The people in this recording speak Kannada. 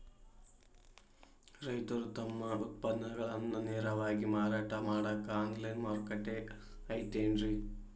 ರೈತರು ತಮ್ಮ ಉತ್ಪನ್ನಗಳನ್ನ ನೇರವಾಗಿ ಮಾರಾಟ ಮಾಡಾಕ ಆನ್ಲೈನ್ ಮಾರುಕಟ್ಟೆ ಐತೇನ್ರಿ?